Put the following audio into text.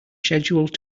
scheduled